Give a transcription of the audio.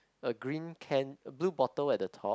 a green can blue bottle at the top